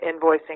invoicing